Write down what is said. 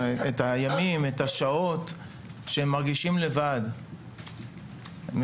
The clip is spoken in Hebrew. אלה שחיים כל כך לבד את הימים והשעות,